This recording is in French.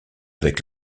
avec